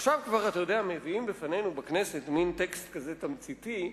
עכשיו כבר מביאים בפנינו בכנסת מין טקסט תמציתי,